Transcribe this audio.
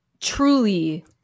Truly